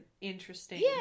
interesting